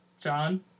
John